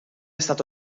stato